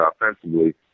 offensively